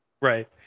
Right